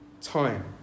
time